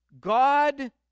God